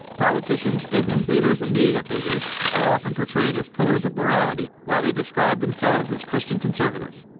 politicians, business leaders and media figures are often portrayed as pillars of morality while they describe themselves as christian conservatives.